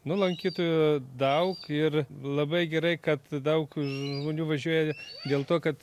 nu lankytojų daug ir labai gerai kad daug žmonių važiuoja dėl to kad